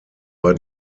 war